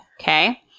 Okay